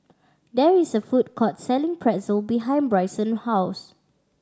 there is a food court selling Pretzel behind Brycen house